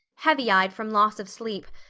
heavy eyed from loss of sleep,